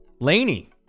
Laney